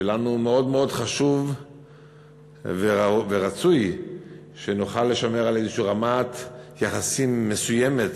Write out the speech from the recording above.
שלנו מאוד מאוד חשוב ורצוי שנוכל לשמר איזושהי רמת יחסים מסוימת,